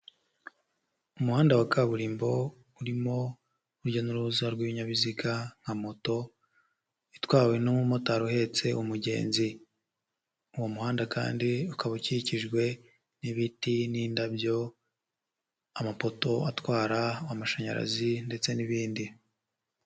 Umuhanda wa kaburimbo, urimo urujya n'uruza rw'ibinyabiziga nka moto, itwawe n'umumotari uhetse umugenzi, uwo muhanda kandi ukaba ukikijwe n'ibiti n'indabyo, amapoto atwara amashanyarazi ndetse n'ibindi.